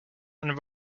and